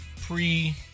pre